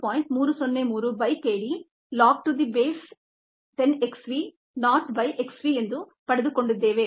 303 by k d log to the base 10 x v naught by x v ಎಂದು ಪಡೆದುಕೊಂಡಿದ್ದೇವೆ